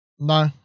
No